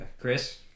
Chris